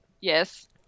yes